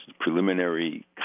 preliminary